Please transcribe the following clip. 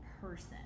person